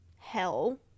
hell